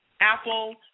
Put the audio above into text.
Apple